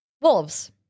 wolves